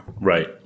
Right